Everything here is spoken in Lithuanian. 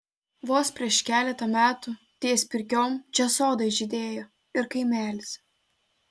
vos prieš keletą metų ties pirkiom čia sodai žydėjo ir kaimelis